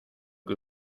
que